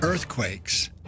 earthquakes